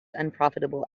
unprofitable